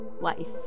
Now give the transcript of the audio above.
life